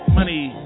money